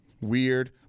weird